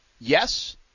Yes